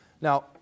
Now